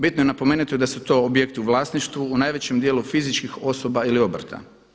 Bitno je napomenuti da su to objekti u vlasništvu u najvećem dijelu fizičkih osoba ili obrta.